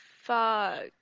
Fuck